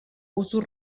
usos